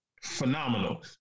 phenomenal